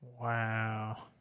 Wow